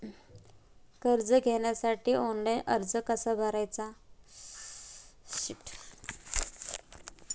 कर्ज घेण्यासाठी ऑनलाइन अर्ज कसा करायचा?